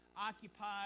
occupied